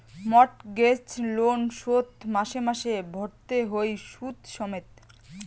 mortgage loan শোধ মাসে মাসে ভরতে হই শুধ সমেত